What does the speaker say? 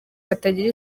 batagira